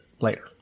later